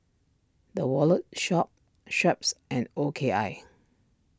the Wallet Shop Schweppes and O K I